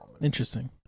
Interesting